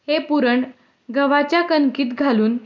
हे पुरण गव्हाच्या कणकेत घालून